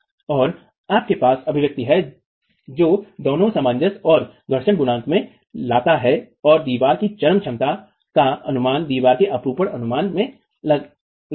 और आपके पास अभिव्यक्ति है जो दोनों सामंजस्य और घर्षण गुणांक में लाता है और दीवार की चरम क्षमता का अनुमान दीवार कि अपरूपण अनुपात में लगते है